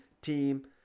team